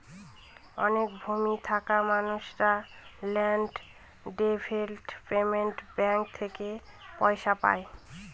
অনেক ভূমি থাকা মানুষেরা ল্যান্ড ডেভেলপমেন্ট ব্যাঙ্ক থেকে পয়সা পায়